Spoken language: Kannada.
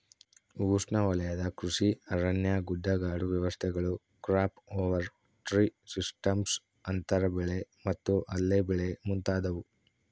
ಉಷ್ಣವಲಯದ ಕೃಷಿ ಅರಣ್ಯ ಗುಡ್ಡಗಾಡು ವ್ಯವಸ್ಥೆಗಳು ಕ್ರಾಪ್ ಓವರ್ ಟ್ರೀ ಸಿಸ್ಟಮ್ಸ್ ಅಂತರ ಬೆಳೆ ಮತ್ತು ಅಲ್ಲೆ ಬೆಳೆ ಮುಂತಾದವು